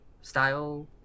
style